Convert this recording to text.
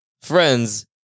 friends